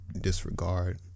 disregard